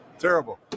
Terrible